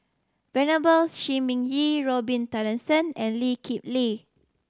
Venerable Shi Ming Yi Robin Tessensohn and Lee Kip Lee